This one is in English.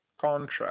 contract